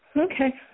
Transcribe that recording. Okay